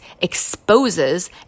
exposes